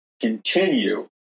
continue